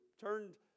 turned